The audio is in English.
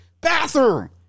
bathroom